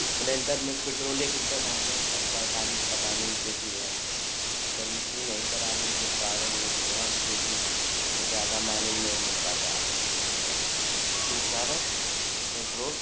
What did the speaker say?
Splendor में petrol एक litre डालने पर पैँतालिस का माइलेज़ देती है सर्विसिन्ग नहीं कराने के कारण वह धुआँ भी देती है ज़्यादा माइलेज़ नहीं मिल पाता है इसी के कारण पेट्रोल